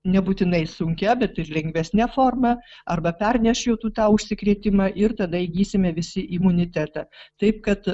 nebūtinai sunkia bet ir lengvesne forma arba pernešiotų tą užsikrėtimą ir tada įgysime visi imunitetą taip kad